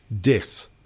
death